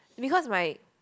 because my